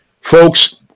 folks